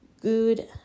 good